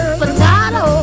potato